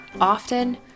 often